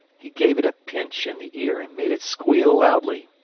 he gave it a pinch in the ear and made it squeal loudly.